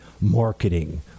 marketing